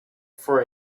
for